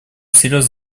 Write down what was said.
всерьез